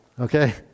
okay